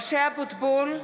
משה אבוטבול,